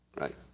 right